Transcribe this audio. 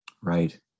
Right